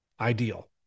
Ideal